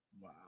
Wow